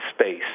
space